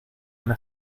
una